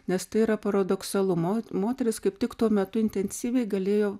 nes tai yra paradoksalu mo moterys kaip tik tuo metu intensyviai galėjo